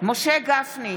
משה גפני,